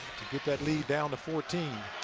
get that lead down to fourteen.